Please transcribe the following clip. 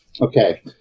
Okay